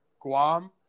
Guam